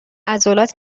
عضلات